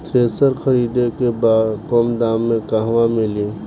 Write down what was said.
Thresher खरीदे के बा कम दाम में कहवा मिली?